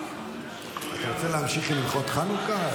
--- אתה רוצה להמשיך הלכות חנוכה?